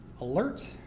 Alert